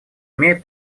имеет